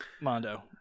Mondo